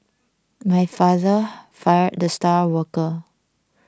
my father fired the star worker